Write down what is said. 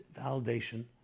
validation